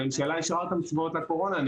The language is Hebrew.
הממשלה אישרה אותם צבועות לקורונה.